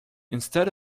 instead